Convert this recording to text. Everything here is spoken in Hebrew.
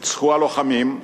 ניצחו הלוחמים,